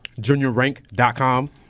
juniorrank.com